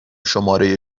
شماره